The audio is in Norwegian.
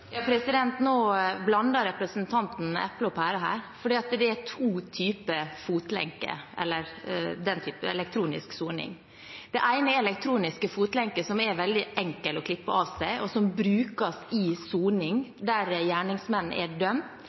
Det er to typer elektronisk soning. Det ene er elektroniske fotlenker, som det er veldig enkelt å klippe av seg, og som brukes ved soning der gjerningsmennene er dømt